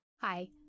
Hi